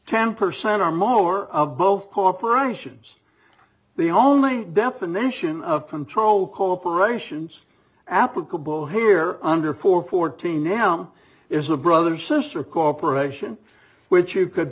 ten percent or more of both corporations the only definition of control corporations applicable here under four fourteen now is a brother sister corporation which you could